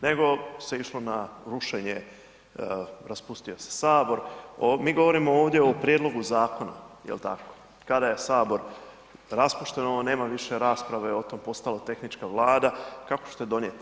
Nego se išlo na rušenje, raspustio se Sabor, mi govorimo ovdje o prijedlogu zakona, jel tako, kada je Sabor raspušten, ono nema više rasprave otom je postala tehnička vlada, kako ćete donijeti.